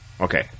Okay